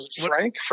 Frank